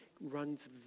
runs